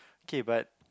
K but